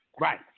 Right